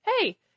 hey